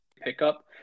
Pickup